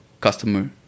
customer